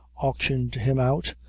auctioned him out,